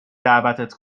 دعوتت